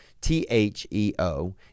T-H-E-O